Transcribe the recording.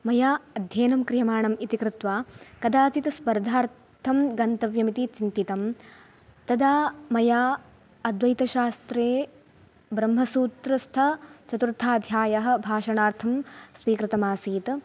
मया अध्ययनं क्रियमाणम् इति कृत्वा कदाचित् स्पर्धार्थं गन्तव्यमिति चिन्तितं तदा मया अद्वैतशास्त्रे ब्रह्मसूत्रस्थचतुर्थाध्यायः भाषणार्थं स्वीकृतमासीत्